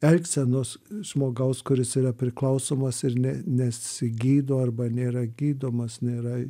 elgsenos žmogaus kuris yra priklausomas ir ne nesigydo arba nėra gydomas nėra